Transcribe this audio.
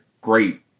great